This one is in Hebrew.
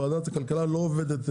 ועדת הכלכלה לא עובדת,